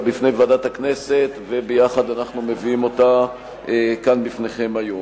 בפני ועדת הכנסת וביחד אנחנו מביאים אותה כאן בפניכם היום.